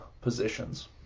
positions